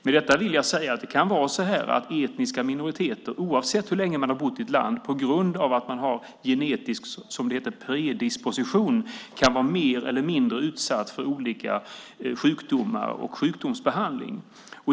Med detta vill jag säga att det kan vara så att etniska minoriteter, oavsett hur länge man har bott i ett land, på grund av genetisk predisposition, som det heter, kan vara mer eller mindre utsatta för olika sjukdomar och sjukdomsbehandling.